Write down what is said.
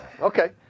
Okay